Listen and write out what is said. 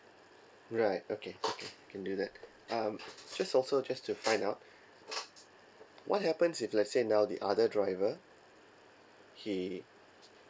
right okay okay can do that um just also just to find out what happens if let's say now the other driver he